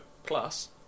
Plus